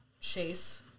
chase